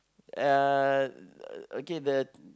uh okay the